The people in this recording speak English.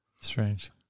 Strange